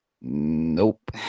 Nope